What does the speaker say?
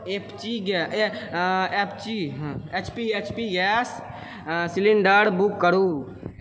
एपची एपची हँ HP HP gas cylinder book करू